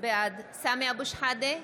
בעד סמי אבו שחאדה,